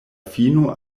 fino